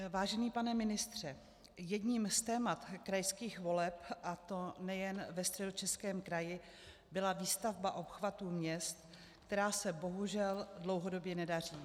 Vážený pane ministře, jedním z témat krajských voleb, a to nejen ve Středočeském kraji, byla výstavba obchvatu měst, která se bohužel dlouhodobě nedaří.